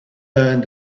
learned